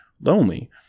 lonely